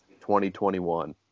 2021